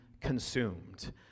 consumed